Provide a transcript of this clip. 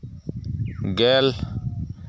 ᱜᱮᱞ